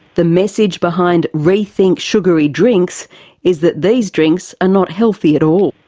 the message behind rethink sugary drinks is that these drinks are not healthy at all.